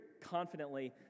confidently